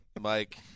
Mike